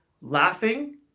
Laughing